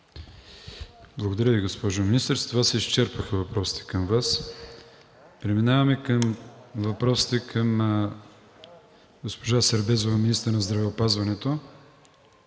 Благодаря Ви, госпожо Министър. С това се изчерпаха въпросите към Вас. Преминаваме към въпросите към госпожа Сербезова, министър на здравеопазването.